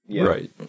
Right